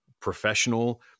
professional